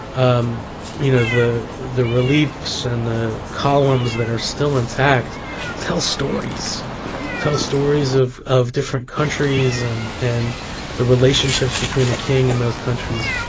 um you know, the the reliefs and the columns that are still intact tell stories tell stories of of different countries and and the relationships between the king and those countries.